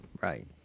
Right